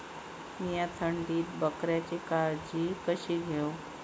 मीया थंडीत बकऱ्यांची काळजी कशी घेव?